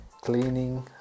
cleaning